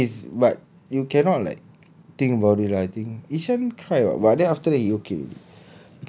it is but you cannot like think about it lah I think ishan cry what but then after that he okay